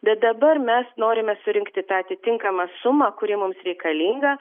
bet dabar mes norime surinkti tą atitinkamą sumą kuri mums reikalinga